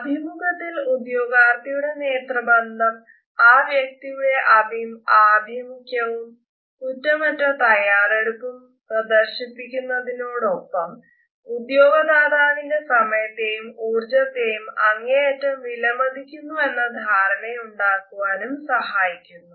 അഭിമുഖങ്ങളിൽ ഉദ്യോഗാർത്ഥിയുടെ നേത്രബന്ധം ആ വ്യക്തിയുടെ ആഭിമുഖ്യവും കുറ്റമറ്റ തയ്യാറെടുപ്പും പ്രദര്ശിപ്പിക്കുന്നതോടൊപ്പം ഉദ്യോഗദാതാവിന്റെ സമയത്തെയും ഉർജ്ജത്തെയും അങ്ങേയറ്റം വിലമതിക്കുന്നുവെന്ന ധാരണയുണ്ടാക്കുവാനും സഹായിക്കുന്നു